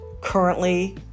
currently